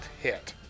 hit